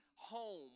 home